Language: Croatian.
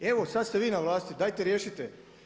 Evo sad ste vi na vlasti, dajte riješite.